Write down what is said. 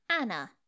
Anna